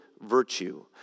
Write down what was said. virtue